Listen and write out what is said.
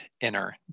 inner